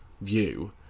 view